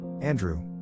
Andrew